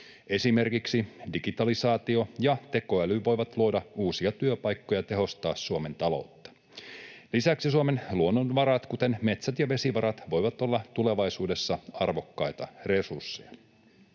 Esimerkiksi digitalisaatio ja tekoäly voivat luoda uusia työpaikkoja ja tehostaa Suomen taloutta. Lisäksi Suomen luonnonvarat, kuten metsät ja vesivarat, voivat olla tulevaisuudessa arvokkaita resursseja.